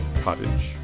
Cottage